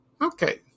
Okay